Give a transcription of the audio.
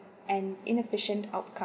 and inefficient outcome